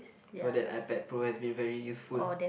so that iPad-pro has been very useful